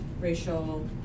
racial